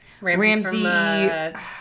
Ramsey